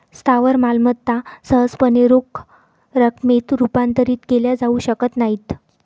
स्थावर मालमत्ता सहजपणे रोख रकमेत रूपांतरित केल्या जाऊ शकत नाहीत